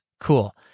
Cool